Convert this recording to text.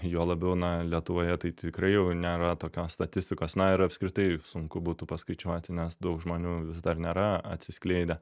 juo labiau na lietuvoje tai tikrai jau nėra tokios statistikos na ir apskritai sunku būtų paskaičiuoti nes daug žmonių vis dar nėra atsiskleidę